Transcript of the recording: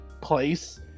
place